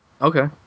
Okay